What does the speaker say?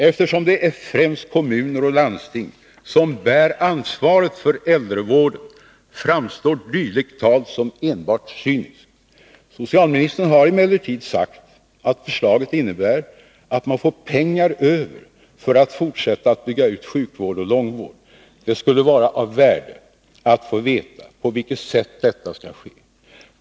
Eftersom det främst är kommuner och landsting som bär ansvaret för äldrevården, framstår dylikt tal som enbart cyniskt. Socialministern har emellertid sagt att förslaget innebär att man får pengar över för att fortsätta att bygga ut sjukvård och långvård. Det skulle vara av värde att få veta på vilket sätt detta skall ske.